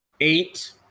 eight